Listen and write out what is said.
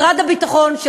משרד הביטחון,